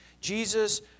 Jesus